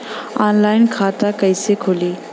Online खाता कइसे खुली?